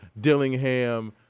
Dillingham